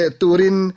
turin